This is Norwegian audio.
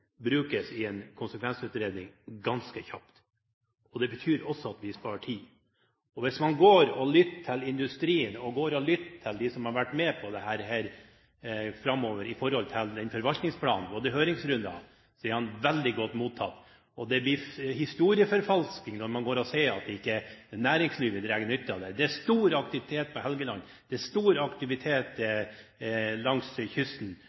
brukes i en konsekvensutredning ganske kjapt. Det betyr også at vi sparer tid. Hvis man lytter til industrien og lytter til dem som har vært med på dette framover i forhold til forvaltningsplanen og høringsrundene, er det veldig godt mottatt. Det blir historieforfalskning når man sier at næringslivet ikke drar nytte av det. Det er stor aktivitet på Helgeland, det er stor aktivitet langs kysten,